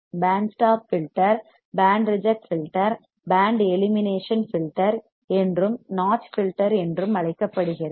pant stop filter band reject filter band elimination filter என்றும் notch filter என்று அழைக்கப்படுகிறது